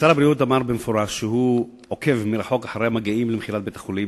שר הבריאות אמר במפורש שהוא עוקב מרחוק אחרי המגעים למכירת בית-החולים.